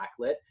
backlit